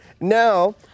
Now